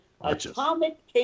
Atomic